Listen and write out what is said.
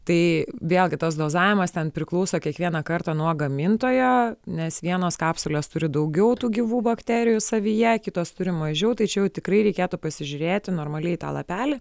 tai vėlgi tas dozavimas ten priklauso kiekvieną kartą nuo gamintojo nes vienos kapsulės turi daugiau tų gyvų bakterijų savyje kitos turi mažiau tai čia jau tikrai reikėtų pasižiūrėti normaliai tą lapelį